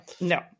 no